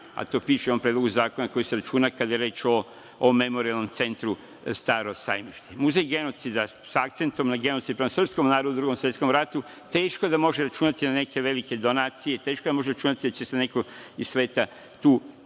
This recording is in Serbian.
a to piše u ovom Predlogu zakona, kada je reč o Memorijalnom centru „Staro sajmište“.Muzej genocida sa akcentom na genocid prema srpskom narodu u Drugom svetskom ratu, teško da može računati na neke velike donacije, teško da može računati da će se neko iz sveta tu